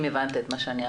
אם הבנת את מה שאמרתי,